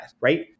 right